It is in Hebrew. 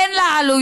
אין לה עלויות.